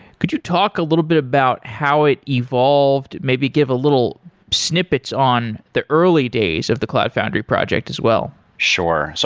could you talk a little bit about how it evolved? maybe give a little snippets on the early days of the cloud foundry project as well sure. so